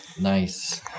Nice